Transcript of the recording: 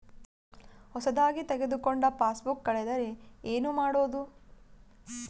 ಹೊಸದಾಗಿ ತೆಗೆದುಕೊಂಡ ಪಾಸ್ಬುಕ್ ಕಳೆದರೆ ಏನು ಮಾಡೋದು?